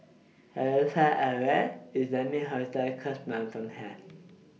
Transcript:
How Far away IS Lai Ming Hotel Cosmoland from here